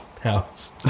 house